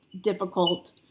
difficult